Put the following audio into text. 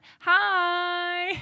hi